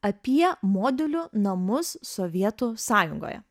apie modelių namus sovietų sąjungoje